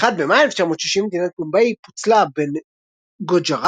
ב-1 במאי 1960, מדינת בומביי פוצלה בין גוג'ראט,